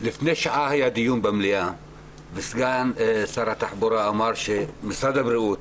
לפני שעה היה דיון במליאה וסגן שר התחבורה אמר שמשרד הבריאות